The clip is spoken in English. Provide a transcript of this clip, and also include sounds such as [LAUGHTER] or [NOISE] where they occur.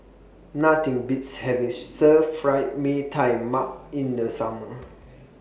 Nothing Beats having Stir Fry Mee Tai Mak in The Summer [NOISE]